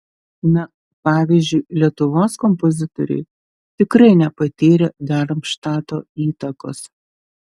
na pavyzdžiui lietuvos kompozitoriai tikrai nepatyrė darmštato įtakos